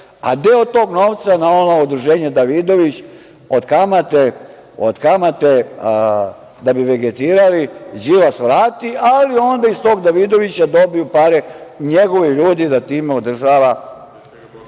a deo tog novca na ono udruženje „Davidović“ od kamate da bi vegetirali, Đilas vrati, ali onda iz tog „Davidovića“ dobiju pare njegovi ljudi da tim održava